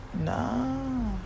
Nah